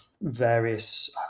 various